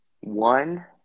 One